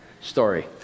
story